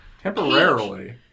Temporarily